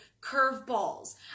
curveballs